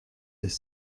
des